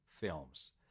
films